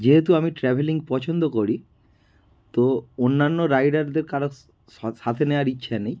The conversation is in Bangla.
যেহেতু আমি ট্র্যাভেলিং পছন্দ করি তো অন্যান্য রাইডারদের কারোর সাথে নেওয়ার ইচ্ছে নেই